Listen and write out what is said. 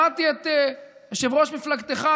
שמעתי את יושב-ראש מפלגתך,